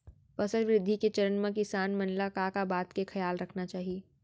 फसल वृद्धि के चरण म किसान मन ला का का बात के खयाल रखना चाही?